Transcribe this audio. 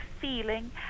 feeling